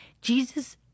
Jesus